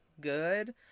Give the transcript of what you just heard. good